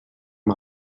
amb